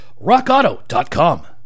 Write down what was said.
rockauto.com